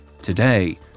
Today